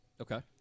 Okay